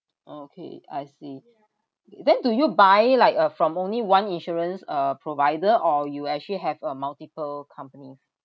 oh okay I see then do you buy like uh from only one insurance uh provider or you actually have a multiple company